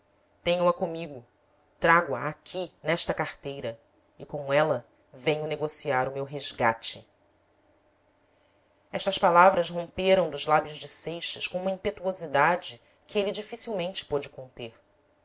tenho a comigo trago a aqui nesta carteira e com ela venho negociar o meu resgate estas palavras romperam dos lábios de seixas com uma impetuosidade que ele dificilmente pôde conter